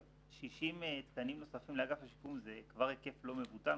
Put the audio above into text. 60 תקנים נוספים לאגף השיקום זה כבר היקף לא מבוטל.